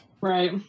Right